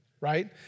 right